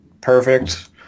perfect